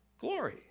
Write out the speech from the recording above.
Glory